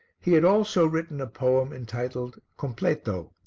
he had also written a poem entitled completo,